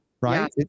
right